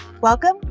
Welcome